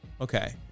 Okay